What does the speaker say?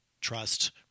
trust